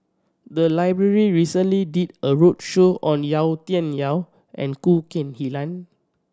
the library recently did a roadshow on Yau Tian Yau and Khoo Kay Hian